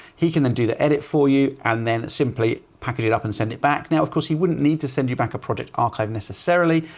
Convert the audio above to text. he can then do the edit for you and then simply packaged it up and send it back. now, of course he wouldn't need to send you back a product archive necessarily.